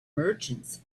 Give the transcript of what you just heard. merchants